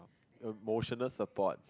emotional support